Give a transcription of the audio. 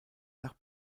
nach